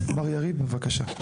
מר יריב בבקשה.